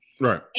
Right